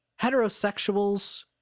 heterosexuals